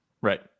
Right